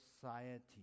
society